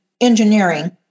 engineering